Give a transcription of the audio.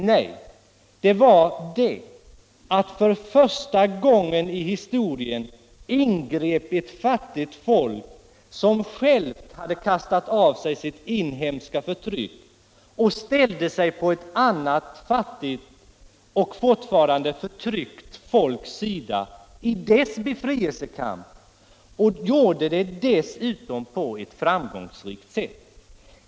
Nej, det var det att för första gången i historien ingrep ett fattigt folk som självt hade kastat av sig sitt inhemska förtryck och ställde sig på ett annat fattigt och fortfarande förtryckt folks sida i dess befrielsekamp — och dessutom gjorde det på ett framgångsrikt sätt.